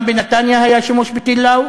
גם בנתניה היה שימוש בטיל "לאו",